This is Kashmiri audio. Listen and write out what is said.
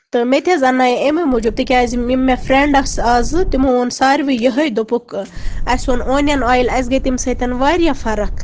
تہٕ مےٚ تہِ حظ اَننایے امی موٗجوٗب تِکیازِ یِم مےٚ فرینڈ آسہٕ آز تِمو اوٚن ساروی یِہوے دوٚپُکھ اَسہِ اوٚن اونین اویِل اَسہِ گے تَمہِ سۭتۍ واریاہ فرق